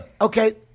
Okay